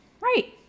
Right